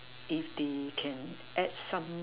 if they can add some